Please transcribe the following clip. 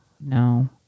No